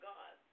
God